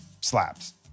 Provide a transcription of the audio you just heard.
slaps